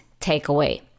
takeaway